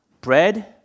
Bread